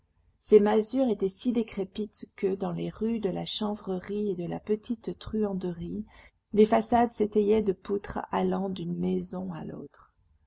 ces masures étaient si décrépites que dans les rues de la chanvrerie et de la petite truanderie les façades s'étayaient de poutres allant d'une maison à l'autre